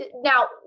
Now